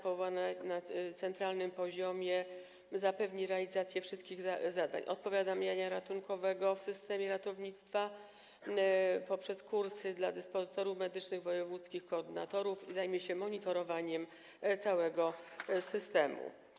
Powołana na centralnym poziomie, zapewni realizację wszystkich zadań: od tych z zakresu powiadamiania ratunkowego w systemie ratownictwa, poprzez kursy dla dyspozytorów medycznych i wojewódzkich koordynatorów, zajmie się też monitorowaniem całego systemu.